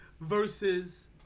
Versus